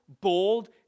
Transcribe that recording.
bold